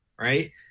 right